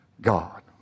God